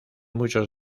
muchos